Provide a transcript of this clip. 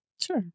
Sure